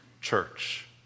church